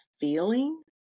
feeling